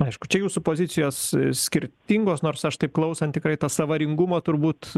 aišku čia jūsų pozicijos skirtingos nors aš taip klausant tikrai tas avaringumo turbūt